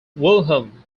wilhelm